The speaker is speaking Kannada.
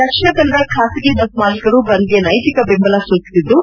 ದಕ್ಷಿಣ ಕನ್ನಡ ಖಾಸಗಿ ಬಸ್ ಮಾಲೀಕರು ಬಂದ್ಗೆ ನೈತಿಕ ಬೆಂಬಲ ಸೂಚಿಸಿದ್ದು